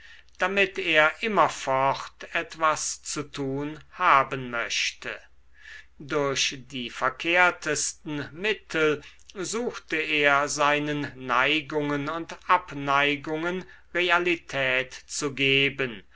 damit er immerfort etwas zu tun haben möchte durch die verkehrtesten mittel suchte er seinen neigungen und abneigungen realität zu geben